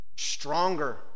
stronger